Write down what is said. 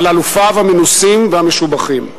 על אלופיו המנוסים והמשובחים.